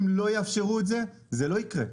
אם לא יאפשרו את זה, זה לא יקרה.